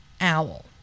OWL